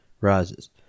Rises